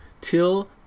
till